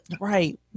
right